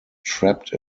trapped